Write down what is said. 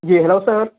جی hello سر